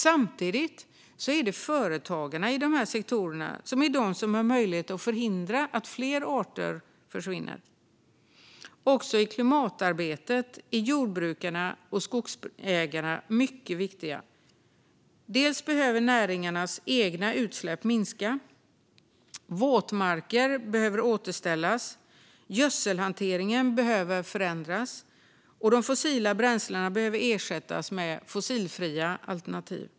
Samtidigt är det företagarna i dessa sektorer som har möjlighet att förhindra att fler arter försvinner. Också i klimatarbetet är jordbrukarna och skogsägarna mycket viktiga. Näringarnas egna utsläpp behöver minska, våtmarker behöver återställas, gödselhanteringen behöver förändras och de fossila bränslena behöver ersättas med fossilfria alternativ.